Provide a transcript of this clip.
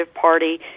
party